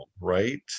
right